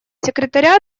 секретаря